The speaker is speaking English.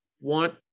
want